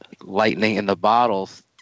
lightning-in-the-bottles